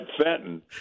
Fenton